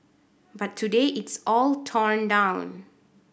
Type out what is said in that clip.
but today it's all torn down